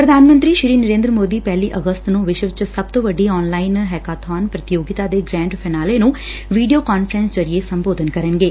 ਪ੍ਰਧਾਨ ਮੰਤਰੀ ਨਰੇਦਰ ਮੋਦੀ ਪਹਿਲੀ ਅਗਸਤ ਨੂੰ ਵਿਸ਼ਵ ਚ ਸਭ ਤੋ ਵੱਡੀ ਆਨਲਾਈਨ ਹੈਕਾਬੋਨ ਪ੍ਰਤੀਯੋਗਤਾ ਦੇ ਗ੍ਰੈਡ ਫਿਨਾਲੇ ਨੂੰ ਵੀਡੀਓ ਕਾਨਫਰੰਸ ਜ਼ਰੀਏ ਸੰਬੋਧਨ ਕਰਨਗੇ